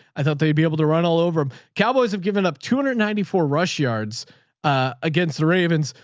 i thought they'd be able to run all over them. cowboys have given up two hundred and ninety four rush yards ah against the ravens.